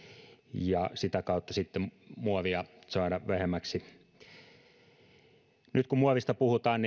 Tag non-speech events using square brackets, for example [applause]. ja sitä kautta sitten muovia saada vähemmäksi nyt kun muovista puhutaan [unintelligible]